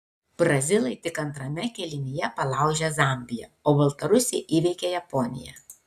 brazilai tik antrame kėlinyje palaužė zambiją o baltarusiai įveikė japoniją